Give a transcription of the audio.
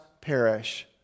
perish